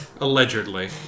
allegedly